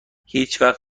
هیچوقت